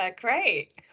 great